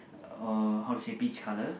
uh how to say peach colour